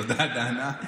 תודה, דנה.